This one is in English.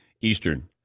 Eastern